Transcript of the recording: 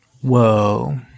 Whoa